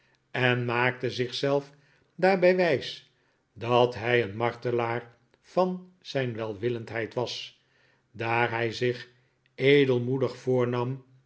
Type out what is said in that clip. en maakte zich zelf daarbij wijs dat hij een martelaar van zijn welwillendheid was daar hij zich edelmoedig voornam